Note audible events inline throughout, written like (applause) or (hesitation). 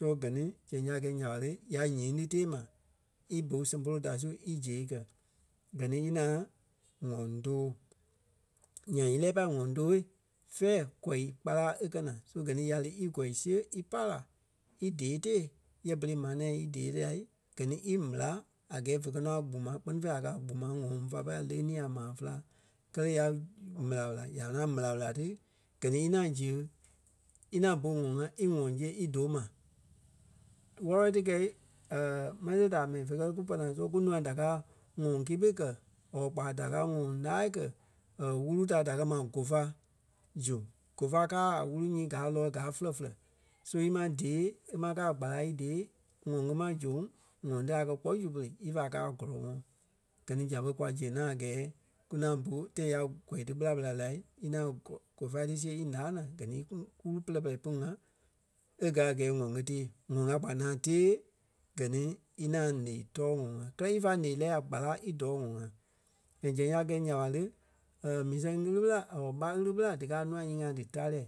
so gɛ ni zɛŋ ya gɛ́ nya ɓa le, ya ǹyêŋ ti tèe ma í bu sɛŋ-polo da su í ziɣe kɛ. Gɛ ni í ŋaŋ ŋɔŋ tòo. Nyaŋ ílɛɛ pâi ŋɔŋ tóo fɛ̂ɛ kɔi kpala e kɛ̀ naa, so gɛ ni ya lí í gôi siɣe í pai la í dee tée yɛ berei maa nɛ̃ɛ í dee tee la gɛ ni í méla a gɛɛ vé gɛ nɔ a gbuma kpɛ́ni fêi la a kɛ̀ a gbuma ŋɔŋ fa pai líyanii a maa féla. Kɛ́lɛ ya méla la- ya ŋaŋ méla-mela ti gɛ ni í ŋaŋ ziɣe í ŋaŋ bu ŋɔŋ ŋá í ŋɔŋ siɣe í doo ma. Wɔ́lɔ-wɔlɔ ti kɛ́i (hesitation) magi-taai mɛni fé kɛ ni kú pɔ́-naa so kunûa da káa ŋɔŋ kipi kɛ̀ or kpa da da káa ŋɔŋ laa kɛ (hesitation) wúru ta da kɛ̀ ma gofa zu. Gofa káa a wúru nyii gaa ǹɔɔi gáa fɔlɔŋfɔlɔŋ so í ma dèe e ma kɛ́ a gbala í dee ŋɔŋ í ma zoŋ ŋɔŋ ti a kpɔ́ zu pere ífa kaa gɔ́lɔŋɔɔ. Gɛ ni zɛŋ ɓé kwa ziɣe ŋaŋ a gɛɛ kú ŋaŋ bu tãi ya gôi ti ɓéla-ɓela lai í ŋaŋ kɔ- kɔlɔ-felai ti siɣe ilaa naa gɛ ni ku- kú pɛlɛ-pɛlɛ pú ŋa e gɛ̀ a gɛɛ ŋɔŋ a tée. ŋɔŋ a kpa ŋaŋ tée gɛ ni í ŋaŋ ǹeɣii tɔɔ ŋɔŋ ŋa. Kɛ́lɛ ífa ǹɛɣii lɛ́ɛ a gbala í dɔɔ ŋɔŋ-ŋa. And zɛŋ ya gɛi nya ɓa le, (hesitation) mii sɛŋ ɣili ɓela or ɓá ɣili ɓela díkaa a nûa nyiŋi dí táre.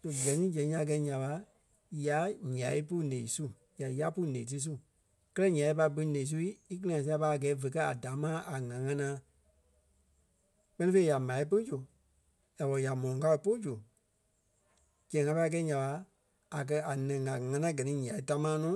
So gɛ ni zɛŋ ya gɛi nya ɓa, ya ǹyai pú ǹeɣii su. Ya yá pú ǹeɣii ti su. Kɛ́lɛ ǹyâi ya pâi bui ǹeɣii su íkili-ŋa sia ɓa a gɛɛ vé kɛ̀ a damaa a ŋa ŋánaa. Kpɛ́ni fêi ya m̀á pú zu ya wɛ́li ya mɔlɔŋ kao pú zu, zɛŋ a pai kɛi nya ɓa a kɛ̀ a nɛŋ a ŋa ŋánaa gɛ ni ǹyai tamaa nɔ